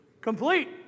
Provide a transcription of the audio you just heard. complete